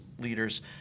leaders